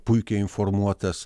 puikiai informuotas